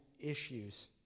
issues